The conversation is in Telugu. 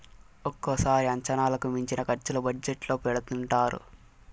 ఒక్కోసారి అంచనాలకు మించిన ఖర్చులు బడ్జెట్ లో పెడుతుంటారు